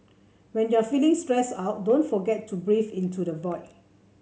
when you are feeling stressed out don't forget to breathe into the void